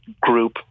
group